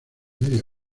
medio